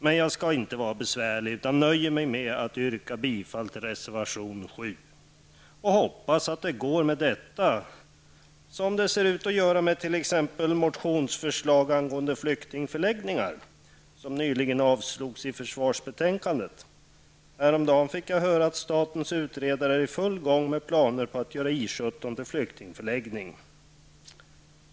Jag skall emellertid inte vara besvärlig utan nöjer mig med att yrka bifall till reservation 7 och hoppas att det går med detta som det ser ut att göra med t.ex. ett motionsförslag om flyktingförläggningar som nyligen avstyrktes i försvarsbetänkandet. Häromdagen fick jag höra att statens utredare är i full gång med planer på att göra I 17 till flyktingförläggning.